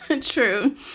True